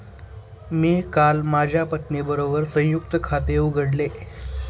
मी काल माझ्या पत्नीबरोबर संयुक्त खाते उघडले